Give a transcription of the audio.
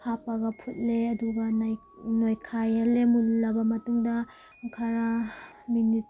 ꯍꯥꯞꯄꯒ ꯐꯨꯠꯂꯦ ꯑꯗꯨꯒ ꯅꯣꯏꯈꯥꯏꯍꯜꯂꯦ ꯃꯨꯜꯂꯕ ꯃꯇꯨꯡꯗ ꯈꯔ ꯃꯤꯅꯤꯠ